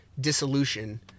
dissolution